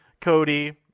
Cody